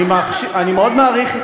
אני מקשיבה, אני מאוד מעריך,